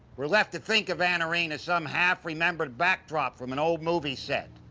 we're left to think of anarene as some half-remembered backdrop from an old movie set.